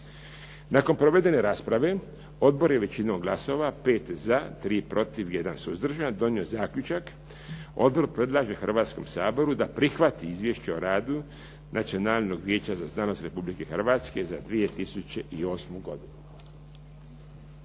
Nakon provedene rasprave Odbor je većinom glasova, 5 za, 3 protiv, 1 suzdržan, donio zaključak: "Odbor predlaže Hrvatskom saboru da prihvati Izvješće o radu Nacionalnog vijeća za znanost Republike Hrvatske za 2008. godinu."